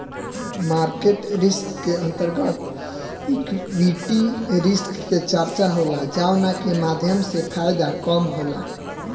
market risk के अंतर्गत equity risk के चर्चा होला जावना के माध्यम से फायदा कम होला